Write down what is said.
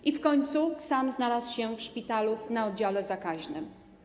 I w końcu sam znalazł się w szpitalu na oddziale zakaźnym.